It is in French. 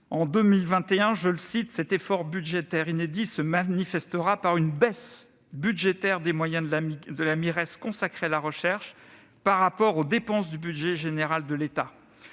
En 2021, cet « effort budgétaire inédit » se manifestera par une baisse des moyens budgétaires de la Mires consacrés à la recherche par rapport aux dépenses du budget général de l'État.